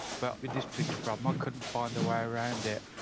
but with this particular problem i couldn't find a way around it.